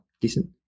Decent